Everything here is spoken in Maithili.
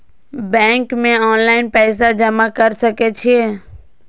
बैंक में ऑनलाईन पैसा जमा कर सके छीये?